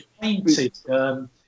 painted